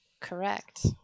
Correct